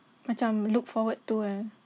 macam look forward to ah